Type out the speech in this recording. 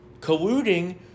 colluding